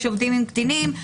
שעובדים עם קטינים.